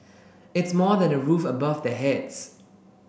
it's more than a roof above their heads